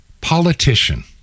politician